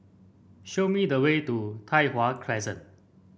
show me the way to Tai Hwan Crescent